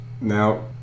Now